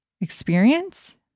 experience